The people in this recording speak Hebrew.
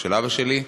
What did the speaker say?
של אבא שלי,